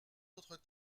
autres